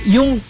Yung